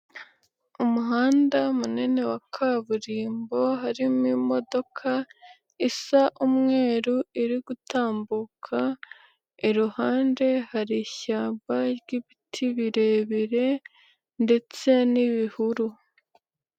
Umuhanda munini wa kaburimbo harimo imodoka isa umweru iri gutambuka, iruhande hari ishyamba ry'ibiti birebire ndetse n'ibihuru.